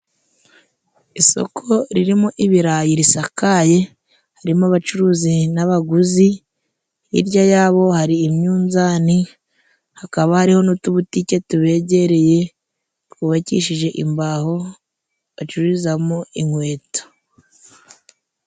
Isoko ririmo ibirayi risakaye ,harimo abacuruzi n'abaguzi. Hirya yabo hari imyuzani, hakaba hariho n'utubutike tubegereye twubakishije imbaho bacururizamo inkweto.